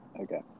okay